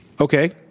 Okay